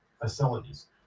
facilities